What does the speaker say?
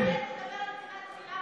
שתדבר על שנאת חינם.